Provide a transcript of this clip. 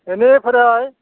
इनिफ्राय